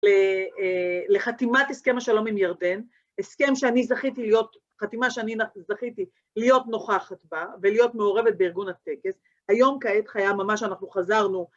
לחתימת הסכם השלום עם ירדן, הסכם שאני זכיתי להיות, חתימה שאני זכיתי להיות נוכחת בה, ולהיות מעורבת בארגון הטקס, היום כעת היה ממש, אנחנו חזרנו,